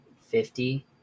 fifty